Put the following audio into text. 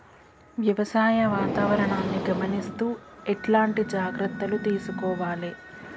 వ్యవసాయ వాతావరణాన్ని గమనిస్తూ ఎట్లాంటి జాగ్రత్తలు తీసుకోవాలే?